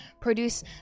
produce